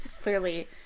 clearly